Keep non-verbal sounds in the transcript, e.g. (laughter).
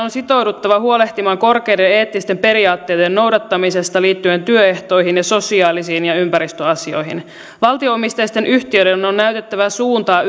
(unintelligible) on sitouduttava huolehtimaan korkeiden eettisten periaatteiden noudattamisesta liittyen työehtoihin ja sosiaalisiin ja ympäristöasioihin valtio omisteisten yhtiöiden on on näytettävä suuntaa (unintelligible)